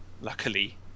luckily